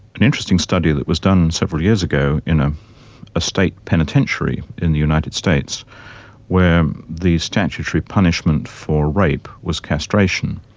an interesting study that was done several years ago in a state penitentiary in the united states where the statutory punishment for rape was castration,